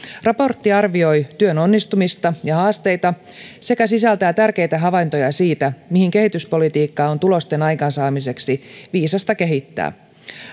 raportti arvioi työn onnistumista ja haasteita sekä sisältää tärkeitä havaintoja siitä mihin kehityspolitiikkaa on tulosten aikaansaamiseksi viisasta kehittää